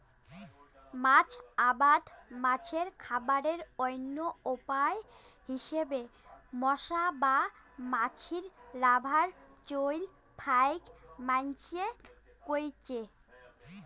মাছ আবাদত মাছের খাবারের অইন্য উপায় হিসাবে মশা বা মাছির লার্ভার চইল ফাইক মাইনষে কইরচে